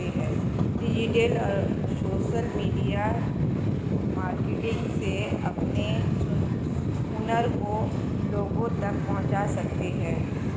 digital और social media marketing से अपने हुनर को लोगो तक पहुंचा सकते है